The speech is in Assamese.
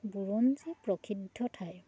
বুৰঞ্জী প্ৰসিদ্ধ ঠাই